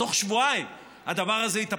בתוך שבועיים הדבר הזה התהפך.